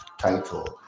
title